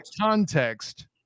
context